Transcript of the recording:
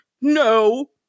no